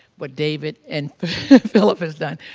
what david and philip has done,